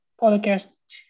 podcast